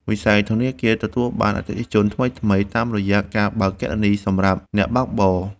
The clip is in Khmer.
វិស័យធនាគារទទួលបានអតិថិជនថ្មីៗ តាមរយៈការបើកគណនីសម្រាប់អ្នកបើកបរ។